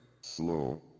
slow